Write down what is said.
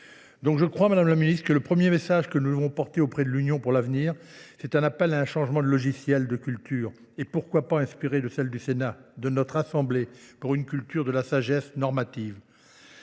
Donc je crois, Madame la Ministre, que le premier message que nous devons porter auprès de l'Union pour l'avenir, c'est un appel à un changement de logiciel, de culture, et pourquoi pas inspirer de celle du Sénat, de notre assemblée, pour une culture de la sagesse normative.